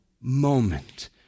moment